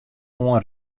oan